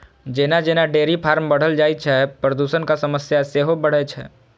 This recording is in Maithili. जेना जेना डेयरी फार्म बढ़ल जाइ छै, प्रदूषणक समस्या सेहो बढ़ै छै